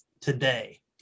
today